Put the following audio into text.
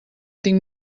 tinc